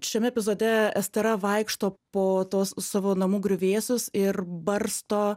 šiame epizode estera vaikšto po tuos savo namų griuvėsius ir barsto